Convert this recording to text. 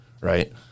right